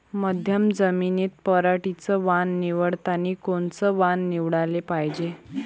मध्यम जमीनीत पराटीचं वान निवडतानी कोनचं वान निवडाले पायजे?